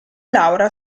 laura